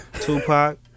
Tupac